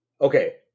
Okay